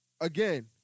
again